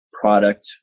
product